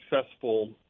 successful